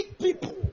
people